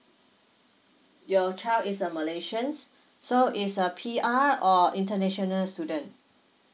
your child is a malaysians so is a P_R_or international student